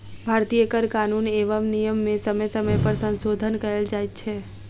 भारतीय कर कानून एवं नियम मे समय समय पर संशोधन कयल जाइत छै